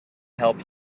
help